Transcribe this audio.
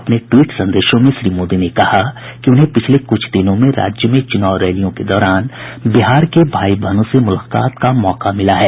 अपने ट्वीट संदेशों में श्री मोदी ने कहा कि उन्हें पिछले कुछ दिनों में राज्य में चुनाव रैलियों के दौरान बिहार के भाई बहनों से मुलाकात का मौका मिला है